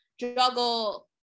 juggle